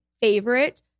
favorite